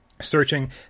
searching